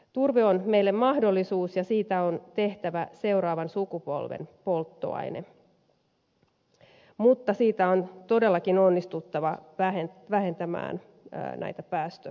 turve on meille mahdollisuus ja siitä on tehtävä seuraavan sukupolven polttoaine mutta siitä on todellakin onnistuttava vähentämään päästöarvoja